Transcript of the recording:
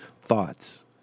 thoughts